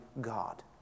God